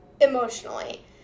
emotionally